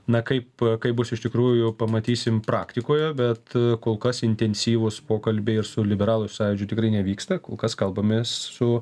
na kaip kaip bus iš tikrųjų pamatysim praktikoje bet kol kas intensyvūs pokalbiai ir su liberalų sąjūdžiu tikrai nevyksta kol kas kalbamės su